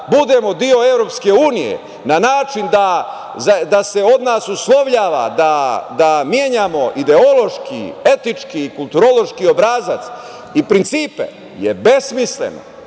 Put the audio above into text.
budemo deo EU na način da se od nas uslovljava da menjamo ideološki, etički, kulturološki obrazac i principe je besmisleno. Evropska